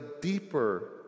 deeper